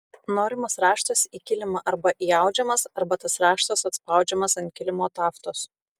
norimas raštas į kilimą arba įaudžiamas arba tas raštas atspaudžiamas ant kilimo taftos